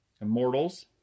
Immortals